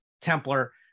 Templar